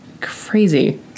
crazy